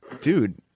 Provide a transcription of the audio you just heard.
dude